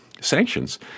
sanctions